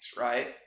right